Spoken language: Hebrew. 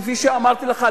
כפי שאמרתי לך,